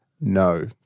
no